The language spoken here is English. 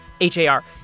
H-A-R